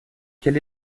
quel